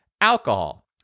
alcohol